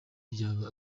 ryaba